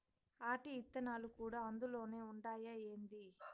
ఆటి ఇత్తనాలు కూడా అందులోనే ఉండాయా ఏంది